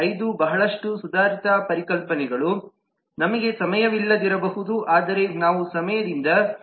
5 ಬಹಳಷ್ಟು ಸುಧಾರಿತ ಪರಿಕಲ್ಪನೆಗಳು ನಮಗೆ ಸಮಯವಿಲ್ಲದಿರಬಹುದು ಆದರೆ ನಾವು ಸಮಯದಿಂದ 2